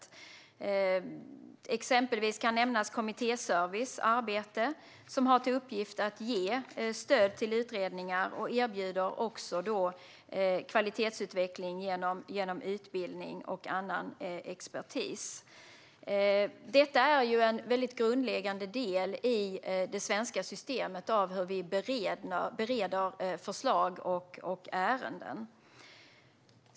Som exempel kan nämnas det arbete som kommittéservice gör. Kommittéservice har till uppgift att ge stöd till utredningar och erbjuder också kvalitetsutveckling genom utbildning och annan expertis. Detta är en väldigt grundläggande del i det svenska systemet för hur vi bereder förslag och ärenden.